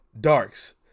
Darks